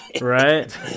Right